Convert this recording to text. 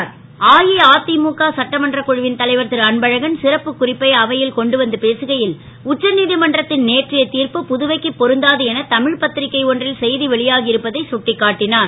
அன்பழகன் அஇஅ முக சட்டமன்றக் குழுவின் தலைவர் ரு அன்பழகன் சிறப்புக் குறிப்பை அவை ல் கொண்டு வந்து பேசுகை ல் உச்சநீ மன்றத் ன் நேற்றைய திர்ப்பு புதுவைக்கு பொருந்தாது என தமி பத் ரிக்கை ஒன்றில் செ வெளியாகி இருப்பதை சுட்டிக்காட்டினார்